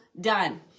done